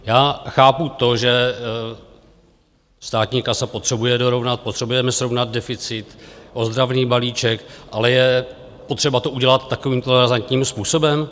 Já chápu to, že státní kasa potřebuje dorovnat, potřebujeme srovnat deficit, ozdravný balíček, ale je potřeba to udělat takovýmto razantním způsobem?